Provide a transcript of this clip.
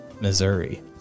Missouri